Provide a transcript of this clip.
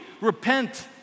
repent